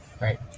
Right